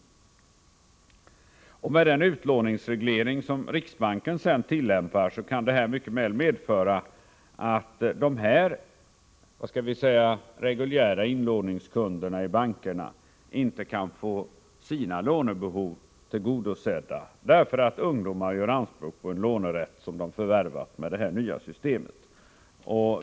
Med den utlåningsreglering som riksbanken tillämpar kan detta mycket väl medföra att de reguljära inlåningskunderna i bankerna inte kan få sina lånebehov tillgodosedda på grund av att ungdomar gör anspråk på en lånerätt som de har förvärvat i och med det nya systemet.